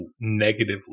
negatively